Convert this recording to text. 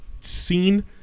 scene